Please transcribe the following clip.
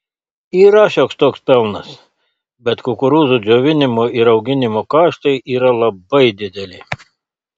yra šioks toks pelnas bet kukurūzų džiovinimo ir auginimo kaštai yra labai dideli